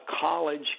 college